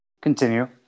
Continue